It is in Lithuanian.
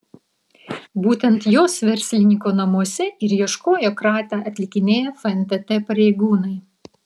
būtent jos verslininko namuose ir ieškojo kratą atlikinėję fntt pareigūnai